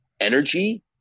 energy